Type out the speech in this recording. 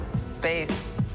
Space